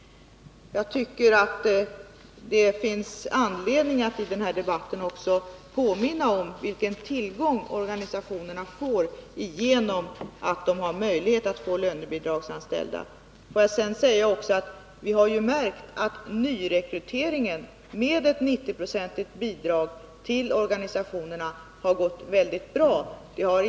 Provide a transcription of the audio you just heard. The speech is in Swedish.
Jag tycker att det finns anledning att i denna debatt också påminna om vilken tillgång organisationerna har genom att de har möjlighet att få lönebidragsanställda. Vi har vidare märkt att nyrekryteringen med 90-procentigt bidrag till organisationerna har gått mycket bra.